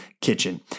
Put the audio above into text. kitchen